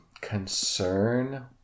concern